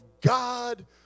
God